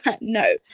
no